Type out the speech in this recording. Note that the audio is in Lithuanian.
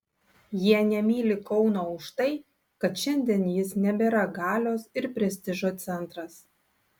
jie nemyli kauno už tai kad šiandien jis nebėra galios ir prestižo centras